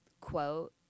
quote